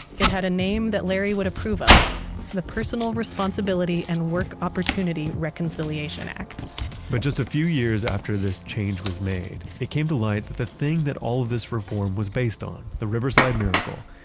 it had a name that larry would approve of the personal responsibility and work opportunity reconciliation act but just a few years after this change was made, it came to light that the thing that all of this reform was based on, the riverside miracle,